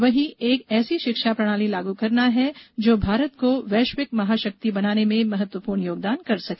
वही एक ऐसी शिक्षा प्रणाली लागू करना है जो भारत को वैश्विक महाशक्ति बनाने में महत्वपूर्ण योगदान कर सके